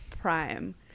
prime